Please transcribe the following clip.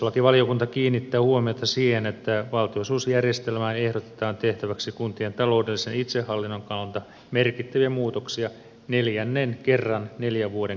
perustuslakivaliokunta kiinnittää huomiota siihen että valtionosuusjärjestelmään ehdotetaan tehtäväksi kuntien taloudellisen itsehallinnon kannalta merkittäviä muutoksia neljännen kerran neljän vuoden kuluessa